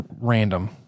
Random